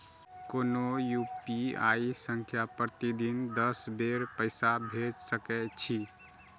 कोनो यू.पी.आई सं प्रतिदिन दस बेर पैसा भेज सकै छी